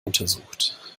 untersucht